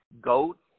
goats